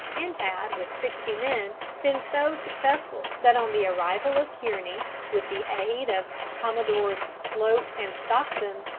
and had with sixty men been so successful that on the arrival of kearney, with the aid of commodores sloat and stockton,